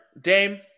Dame